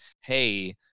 Hey